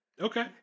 Okay